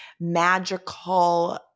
magical